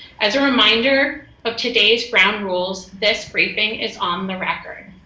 as a reminder of today's ground rules, this briefing is on the record.